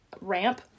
ramp